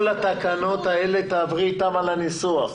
כל התקנות האלה תעברי איתם על הניסוח.